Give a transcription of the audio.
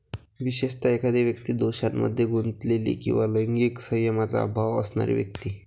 विशेषतः, एखादी व्यक्ती दोषांमध्ये गुंतलेली किंवा लैंगिक संयमाचा अभाव असणारी व्यक्ती